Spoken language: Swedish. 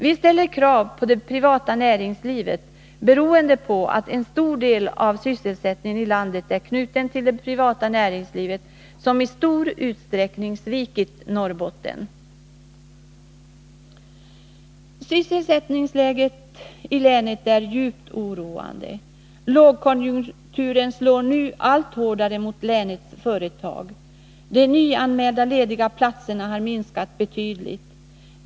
Vi ställer krav på det privata näringslivet, beroende på att en stor del av sysselsättningen i landet är knuten till det privata näringsliv som i stor utsträckning svikit Norrbotten. Sysselsättningsläget i Norrbotten är djupt oroande. Lågkonjunkturen slår nu allt hårdare mot länets företag. De nyanmälda lediga platserna har minskat betydligt.